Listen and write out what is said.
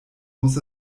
muss